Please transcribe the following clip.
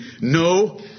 No